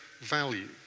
value